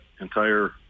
entire